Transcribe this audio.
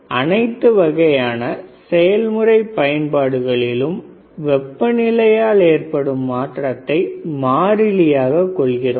எனவே அனைத்து வகையான செய்முறை பயன்பாட்டுகளிலும் வெப்ப நிலையால் ஏற்படும் மாற்றத்தை மாறிலியாக கொள்கிறோம்